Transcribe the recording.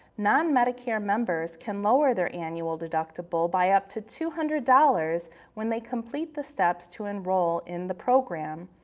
non-medicare members can lower their annual deductible by up to two hundred dollars when they complete the steps to enroll in the program.